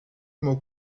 mot